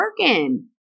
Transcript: working